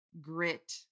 grit